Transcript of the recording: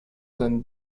donne